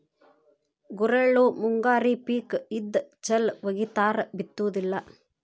ಗುರೆಳ್ಳು ಮುಂಗಾರಿ ಪಿಕ್ ಇದ್ದ ಚಲ್ ವಗಿತಾರ ಬಿತ್ತುದಿಲ್ಲಾ